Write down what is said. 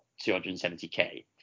270k